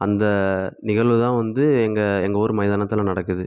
அந்த நிகழ்வு தான் வந்து எங்கள் எங்கள் ஊர் மைதானத்தில் நடக்குது